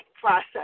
process